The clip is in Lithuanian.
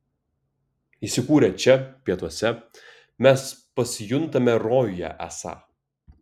įsikūrę čia pietuose mes pasijuntame rojuje esą